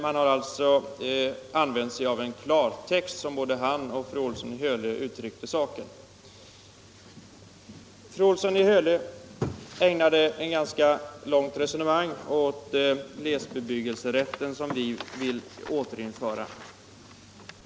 Man har alltså använt sig av en klartext, som både herr Claeson och fru Olsson i Hölö uttryckte saken. Fru Olsson i Hölö ägnade ett ganska långt resonemang åt glesbebyggelserätten som vi vill återinföra.